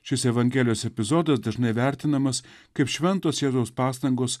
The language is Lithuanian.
šis evangelijos epizodas dažnai vertinamas kaip šventos jėzaus pastangos